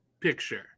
picture